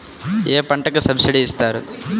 ఏ పంటకు సబ్సిడీ ఇస్తారు?